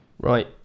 Right